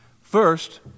First